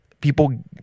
people